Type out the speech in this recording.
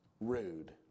rude